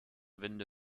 winde